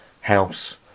house